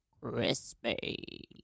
Crispy